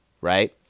right